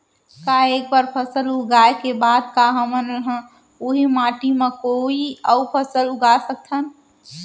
एक बार फसल उगाए के बाद का हमन ह, उही माटी मा कोई अऊ फसल उगा सकथन?